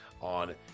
on